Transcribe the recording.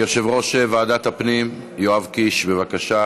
יושב-ראש ועדת הפנים יואב קיש, בבקשה.